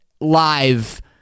live